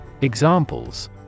Examples